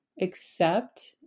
accept